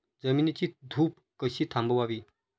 जमिनीची धूप कशी थांबवावी?